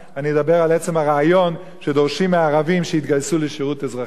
אני אדבר על עצם הרעיון שדורשים מהערבים שיתגייסו לשירות אזרחי,